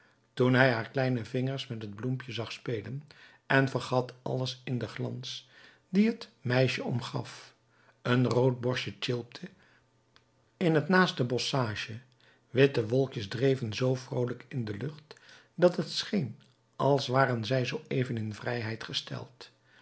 toen hij haar kleine vingers met het bloempje zag spelen en vergat alles in den glans dien het meisje omgaf een roodborstje tjilpte in het naaste bosschage witte wolkjes dreven zoo vroolijk in de lucht dat het scheen als waren zij zoo even in vrijheid gesteld